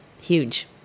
Huge